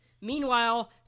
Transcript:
Meanwhile